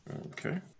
Okay